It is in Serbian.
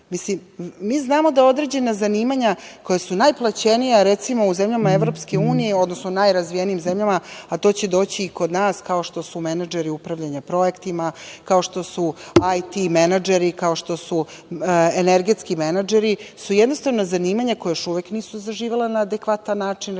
Znamo da određena zanimanja koja su najplaćenija recimo u zemljama EU, odnosno najrazvijenijim zemljama, a to će doći i kod nas, kao što su menadžeri upravljanja projektima, kao što su IT menadžeri, kao što su energetski menadžeri su jednostavno zanimanja koja još uvek nisu zaživela na adekvatan način recimo